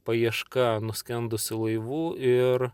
paieška nuskendusių laivų ir